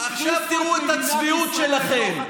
עכשיו תראו את הצביעות שלכם,